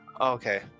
Okay